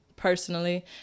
personally